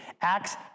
Acts